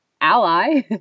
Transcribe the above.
ally